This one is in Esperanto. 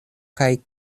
kaj